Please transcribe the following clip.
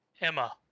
Emma